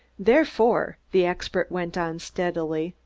therefore, the expert went on steadily,